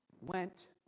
went